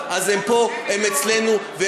אבל בלי הנחות מס הם היו באירלנד.